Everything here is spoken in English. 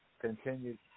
continue